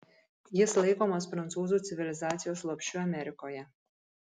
jis laikomas prancūzų civilizacijos lopšiu amerikoje